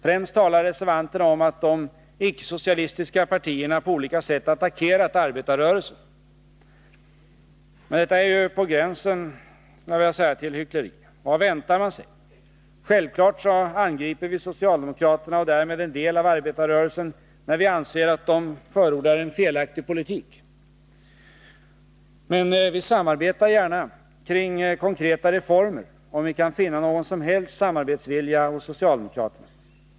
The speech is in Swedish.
Främst talar reservanterna om att de icke-socialistiska partierna på olika sätt attackerat arbetarrörelsen. Men detta är ju på gränsen till hyckleri! Vad väntar man sig? Självfallet angriper vi socialdemokraterna, och därmed en del av arbetarrörelsen, när vi anser att de förordar en felaktig politik. Men vi samarbetar gärna kring konkreta reformer, om vi kan finna någon som helst samarbetsvilja hos socialdemokraterna.